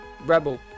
REBEL